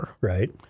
Right